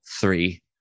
three